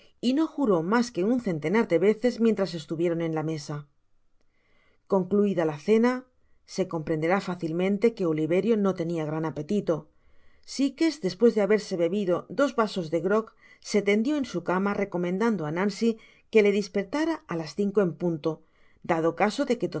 y no juró mas que un centenar de veces mientras estuvieron en la mesa concluida la cena se comprenderá fácilmente que oliverio no tenia gran apetito sikes despues de haberse bebido dos vasos de grog se tendió en su cama recomendando á nancy que le dispertara á las cinco en punto dado caso de que